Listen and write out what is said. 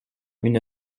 une